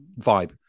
vibe